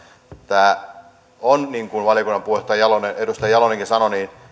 tämä on niin kuin valiokunnan puheenjohtaja edustaja jalonenkin sanoi